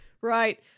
Right